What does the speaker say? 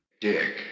Dick